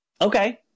Okay